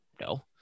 no